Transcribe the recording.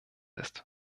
ist